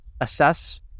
assess